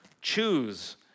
choose